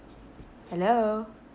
hello